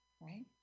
right